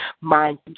mind